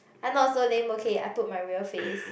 I not so lame okay I put my real face